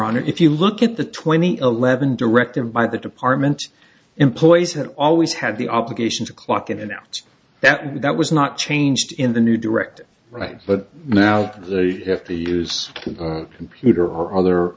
honor if you look at the twenty eleven directive by the department employees had always had the obligation to clock in and out that that was not changed in the new direct right but now they have to use computer or other